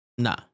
Nah